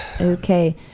Okay